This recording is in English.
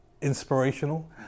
inspirational